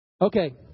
Okay